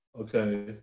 okay